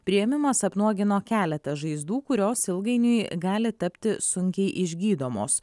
priėmimas apnuogino keletą žaizdų kurios ilgainiui gali tapti sunkiai išgydomos